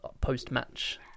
post-match